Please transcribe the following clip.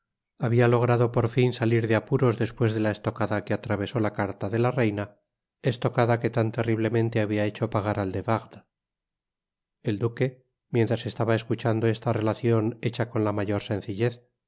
habia logrado por fin salir de apuros despues de la estocada que atravesó la carta de la reina estocada que tan terriblemente habia hecho pagar al de wardes el duque mientras estaba escuchando esta relacion hecha con la mayor sencillez